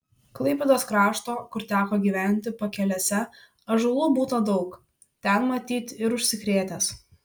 klaipėdos krašto kur teko gyventi pakelėse ąžuolų būta daug ten matyt ir užsikrėtęs